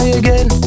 again